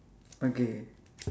okay